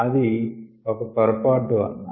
అది ఒక పొరపాటువలన